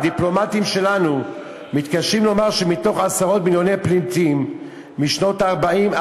הדיפלומטים שלנו מתקשים לומר שמתוך עשרות מיליוני פליטים משנות ה-40,